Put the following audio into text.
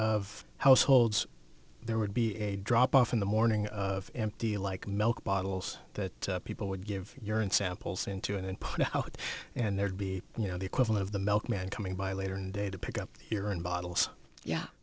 of households there would be a drop off in the morning empty like milk bottles that people would give urine samples into and then put out and there'd be you know the equivalent of the milkman coming by later in the day to pick up here in bottles yeah